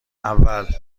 اول